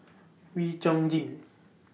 Wee Chong Jin